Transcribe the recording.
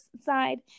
side